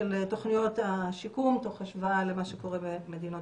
של תוכניות השיקום תוך השוואה למה שקורה במדינות